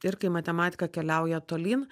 ir kai matematika keliauja tolyn